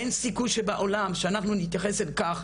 אין סיכוי שבעולם שאנחנו נתייחס אל כך,